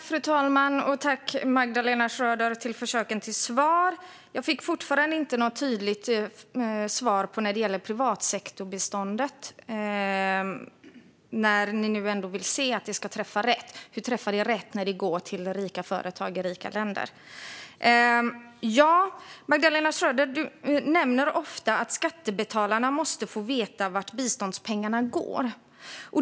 Fru talman! Tack, Magdalena Schröder, för försöken till svar! Men jag fick fortfarande inget tydligt svar när det gäller privatsektorbiståndet. När ni nu ändå vill se att det träffar rätt, hur träffar det rätt när det går till rika företagare i rika länder? Magdalena Schröder nämner ofta att skattebetalarna måste få veta vart biståndspengarna går.